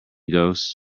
ghosts